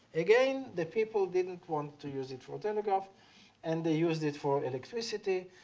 again the people didn't want to use it for telegraph and they used it for electricity.